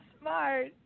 smart